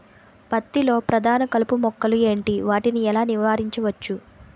పత్తి లో ప్రధాన కలుపు మొక్కలు ఎంటి? వాటిని ఎలా నీవారించచ్చు?